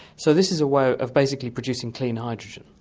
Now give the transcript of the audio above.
so this is a way of basically producing clean hydrogen.